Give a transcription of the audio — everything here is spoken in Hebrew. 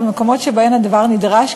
במקומות שבהם הדבר נדרש,